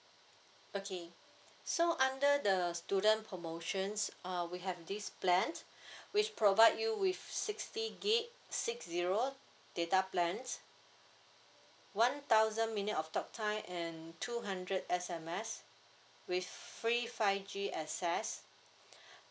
okay so under the student promotions uh we have this plan which provide you with sixty gig six zero data plans one thousand minute of talk time and two hundred S_M_S with free five G access